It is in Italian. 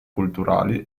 culturali